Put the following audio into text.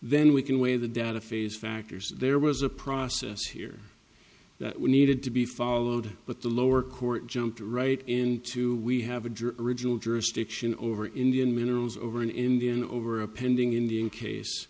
then we can weigh the data phase factors there was a process here that we needed to be followed but the lower court jumped right into we have a jury riginal jurisdiction over indian minerals over an indian over a pending indian case